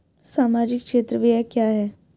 सामाजिक क्षेत्र व्यय क्या है?